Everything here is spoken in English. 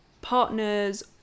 partners